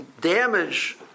damage